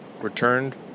returned